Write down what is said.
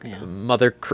mother